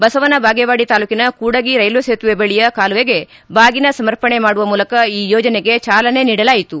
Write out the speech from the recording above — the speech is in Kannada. ಬಸವನ ಬಾಗೇವಾಡಿ ತಾಲೂಕಿನ ಕೂಡಗಿ ರೈಲ್ವೆ ಸೇತುವೆ ಬಳಿಯ ಕಾಲುವೆಗೆ ಬಾಗಿನ ಸಮರ್ಪಣೆ ಮಾಡುವ ಮೂಲಕ ಈ ಯೋಜನೆಗೆ ಚಾಲನೆ ನೀಡಲಾಯಿತು